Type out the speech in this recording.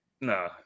no